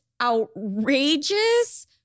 outrageous